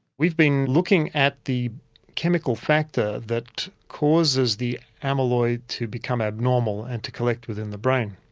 we've been looking at the chemical factor that causes the amyloid to become abnormal and to collect within the brain.